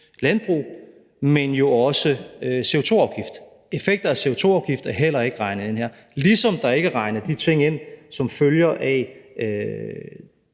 landbrug, men jo også CO2-afgift. Effekter af CO2-afgift er heller ikke regnet ind her, ligesom der ikke er regnet de ting ind, som følger af